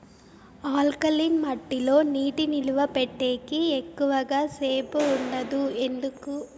alkaline మట్టి లో నీటి నిలువ పెట్టేకి ఎక్కువగా సేపు ఉండదు ఎందుకు